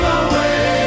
away